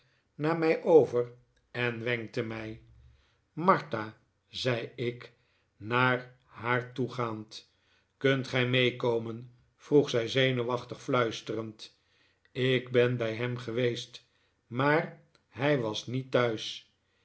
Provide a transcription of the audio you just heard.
naar mij over en wenkte mij martha zei ik naar haar toegaand kunt gij meekomen vroeg zij zenuwachtig fluisterend ik ben bij hem geweest maar hij was niet thuis